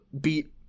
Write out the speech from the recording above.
beat